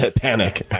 but panic.